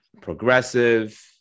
progressive